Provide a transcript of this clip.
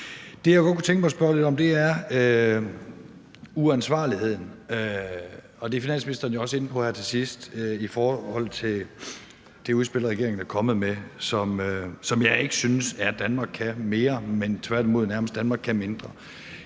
Det, jeg godt kunne tænke mig at spørge lidt om, er uansvarligheden. Det er finansministeren jo også inde på her til sidst i forhold til det udspil, regeringen er kommet med, som jeg ikke synes er, at Danmark kan mere, men nærmest tværtimod, at Danmark kan mindre.